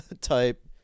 type